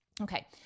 Okay